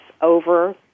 over